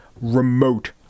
remote